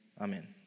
amen